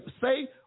say